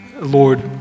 Lord